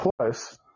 Plus